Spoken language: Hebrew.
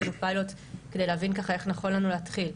עשינו פיילוט כדי להבין איך נכון לנו להתחיל.